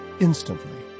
instantly